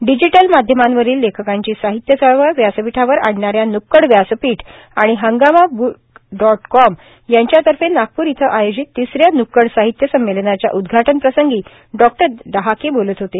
digital माध्यमांवरील लेखकांची साहित्य चळवळ व्यासपीठावर आणणा या नृक्कड व्यासपीठ आणि हंगामा ब्क डॉट कॉम यांच्यातर्फे नागपूर इथं आयोजित तिस या नृक्कड साहित्य संमेलनाच्या उद्घाटनप्रसंगी डॉ डहाके बोलत होते